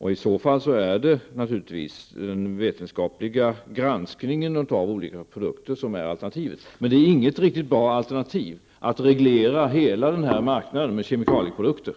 I så fall är naturligtvis en vetenskaplig granskning av olika produkter alternativet. Men det är inte något riktigt bra alternativ att reglera hela marknaden av kemikalieprodukter.